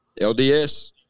LDS